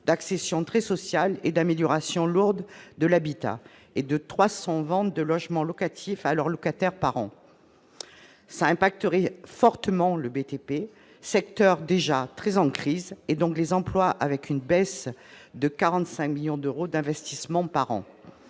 d'accession très sociale et d'amélioration lourde de l'habitat, ainsi que de 300 ventes de logements locatifs à leurs locataires par an. Cette mesure affecterait fortement le BTP, secteur déjà très en crise, et donc les emplois, avec une baisse de 45 millions d'euros d'investissement par an.